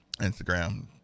Instagram